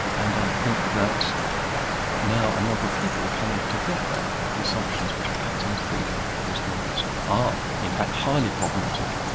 and i think that now a number of people are coming to think that, the assumptions which are packed into the postmodernism are in fact, highly problematic.